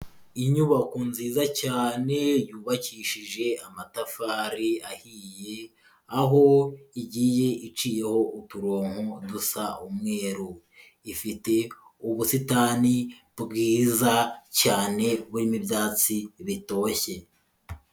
Inyubako nziza cyane yubakishije amatafari ahiye, aho igiye iciyeho uturonko dusa umweru, ifite ubusitani bwiza cyane burimo ibyatsi bitoshye.